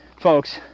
folks